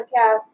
podcast